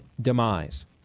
demise